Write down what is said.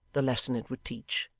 the lesson it would teach.